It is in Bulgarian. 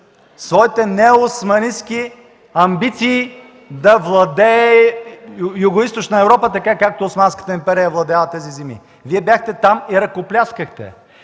своите неоосманистки амбиции да владее Югоизточна Европа, така както Османската империя е владяла тези земи. Вие бяхте там и ръкопляскахте.